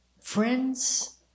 friends